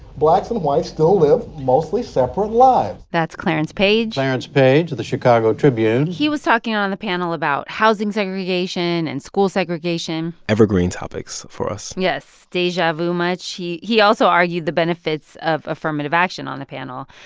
blacks and whites still live mostly separate lives that's clarence page clarence page of the chicago tribune he was talking on the panel about housing segregation and school segregation evergreen topics for us yes, deja vu much? he also argued the benefits of affirmative action on the panel.